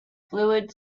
fluid